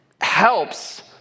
helps